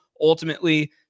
ultimately